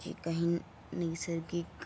जे काही न नैसर्गिक